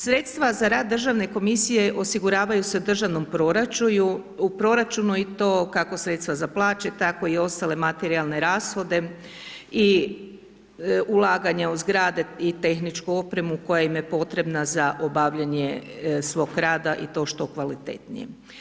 Sredstva za rad državne komisije osiguravaju se u državnom proračunu i to kako sredstva za plaće, tako i ostale materijalne rashode i ulaganja u zgrade i tehnički opremu koja im je potrebna za obavljanje svog rada i to što kvalitetnije.